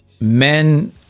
men